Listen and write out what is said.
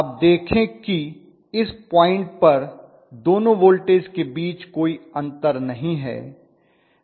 आप देखें कि इस पॉइंट पर दोनों वोल्टेज के बीच कोई अंतर नहीं है